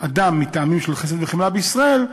אדם מטעמים של חסד וחמלה בישראל,